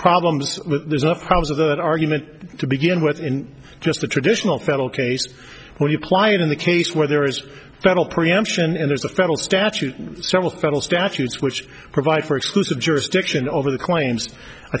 problems there's enough problems with that argument to begin with in just the traditional federal case where you ply it in the case where there is federal preemption and there's a federal statute several federal statutes which provide for exclusive jurisdiction over the claims i